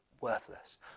worthless